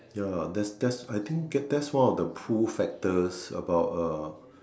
ya that that's I think get that's one of the pull factors about uh